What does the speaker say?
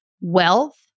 wealth